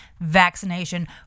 vaccination